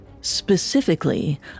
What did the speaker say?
specifically